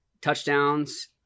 touchdowns